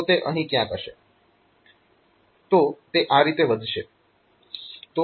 તો તે અહીં ક્યાંક હશે